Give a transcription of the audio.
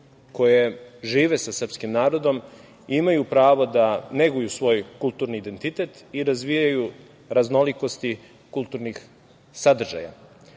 koje žive sa srpskim narodom imaju pravo da neguju svoj kulturni identitet i da razvijaju raznolikosti kulturnih sadržaja.